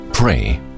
Pray